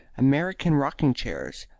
american rocking-chairs,